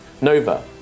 Nova